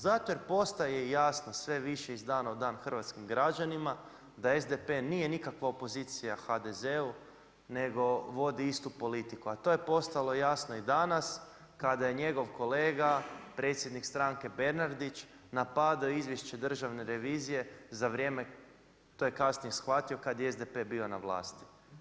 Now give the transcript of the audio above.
Zato jer postaje jasno sve više iz dana u dan hrvatskim građanima, da SDP nije nikakva opozicija HDZ-u nego vodi istu politiku, a to je postalo jasno i danas kada je njegov kolega predsjednik stranke Bernardić, napadao izvješće Državne revizije za vrijeme, to je kasnije shvatio, kad je SDP bio na vlasti.